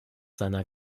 seiner